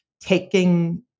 taking